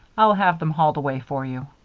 i'll have them hauled away for you.